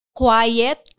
quiet